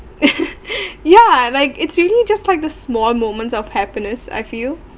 ya like it's really just like the small moments of happiness I feel